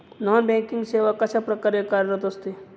Non banking सेवा कशाप्रकारे कार्यरत असते?